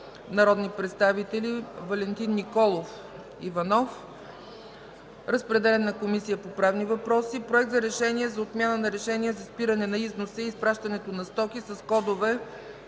народни представители. Разпределен е на Комисията по правни въпроси. Проект за решение за отмяна на Решение за спиране на износа и изпращанията на стоки с кодове